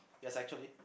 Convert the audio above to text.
yes actually